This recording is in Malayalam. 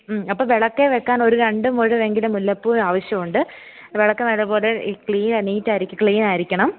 അപ്പോൾ വിളക്കിൽ വെയ്ക്കാനൊരു രണ്ട് മുഴമെങ്കിലും മുല്ലപ്പൂവ് ആവശ്യമുണ്ട് വിളക്ക് നല്ല പോലെ ക്ലീൻ നീറ്റ് ആയിരിക്കണം ക്ലീൻ ആയിരിക്കണം